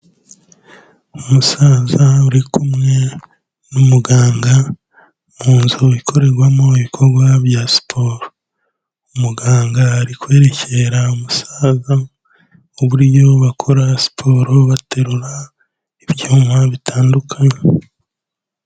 Umusaza uri kumwe n'umuganga, mu nzu ikorerwamo ibikorwa bya siporo. Umuganga ari kwerekera umusaza uburyo bakora siporo baterura ibyuma bitandukanye.